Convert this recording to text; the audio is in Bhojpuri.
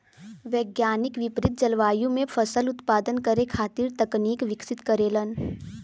वैज्ञानिक विपरित जलवायु में फसल उत्पादन करे खातिर तकनीक विकसित करेलन